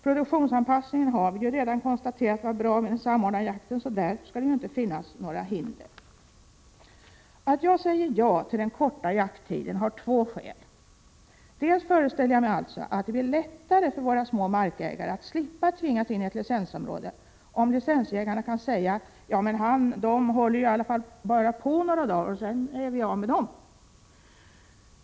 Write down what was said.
Produktionsanpassningen tillgodosågs, som vi redan har konstaterat, bra genom den samordnade jakten. Produktionsanpassningen skall därför inte behöva utgöra något hinder. Jag säger ja till den korta jakttiden av två skäl. Först och främst föreställer jag mig att det blir lättare för våra små markägare att slippa tvingas in i ett licensområde, om licensjägarna kan säga att de små markägarna bara håller på några dagar och att man sedan är av med dem.